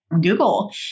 Google